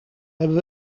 hebben